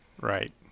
Right